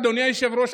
אדוני היושב-ראש,